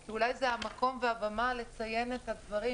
כי אולי זה המקום והבמה לציין את הדברים